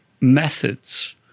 methods